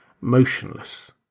motionless